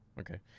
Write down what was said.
Okay